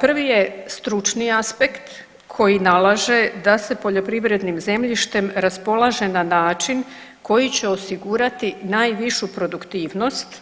Prvi je stručni aspekt koji nalaže da se poljoprivrednim zemljištem raspolaže na način koji će osigurati najvišu produktivnost